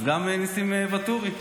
אז גם ניסים ואטורי.